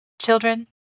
Children